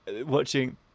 watching